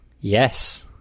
Yes